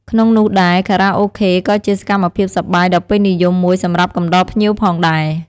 ក្នុងនោះដែរ ខារ៉ាអូខេក៏ជាសកម្មភាពសប្បាយដ៏ពេញនិយមមួយសម្រាប់កំដរភ្ញៀវផងដែរ។